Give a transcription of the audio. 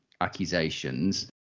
accusations